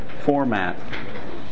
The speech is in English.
format